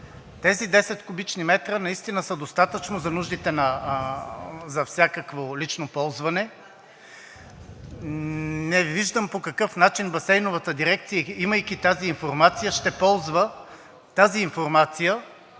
тези 10 кубични метра са достатъчно за нуждите за всякакво лично ползване. Не виждам по какъв начин Басейновата дирекция, имайки тази информация, ще ползва тази информация